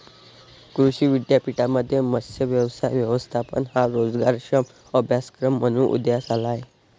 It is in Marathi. कृषी विद्यापीठांमध्ये मत्स्य व्यवसाय व्यवस्थापन हा रोजगारक्षम अभ्यासक्रम म्हणून उदयास आला आहे